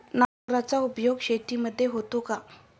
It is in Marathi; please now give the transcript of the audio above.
नांगराचा उपयोग शेतीमध्ये होतो का?